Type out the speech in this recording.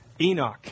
Enoch